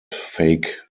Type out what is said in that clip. fake